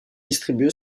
distribué